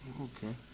Okay